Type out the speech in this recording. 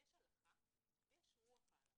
יש הלכה ויש רוח ההלכה.